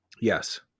yes